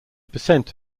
percent